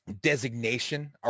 designation